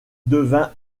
devint